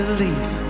Believe